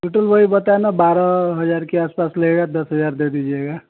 total वही बताए ना बारह हज़ार के आस पास रहेगा दस हज़ार दे दीजिएगा